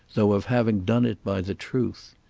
though of having done it by the truth.